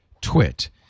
twit